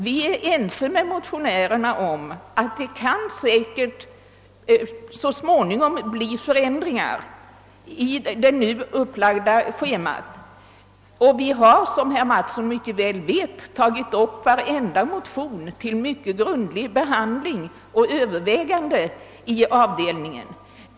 Vi är ense med motionärerna om att det säkerligen så småningom kan bli förändringar i det nu upplagda schemat, och vi har, som herr Mattsson mycket väl vet, tagit upp varenda motion till mycket grundlig behandling i avdelningen.